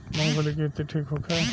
मूँगफली के खेती ठीक होखे?